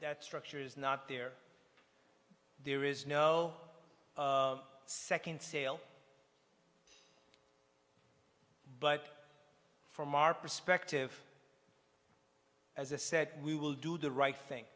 structure is not there there is no second sale but from our perspective as a said we will do the right thing